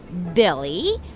billy.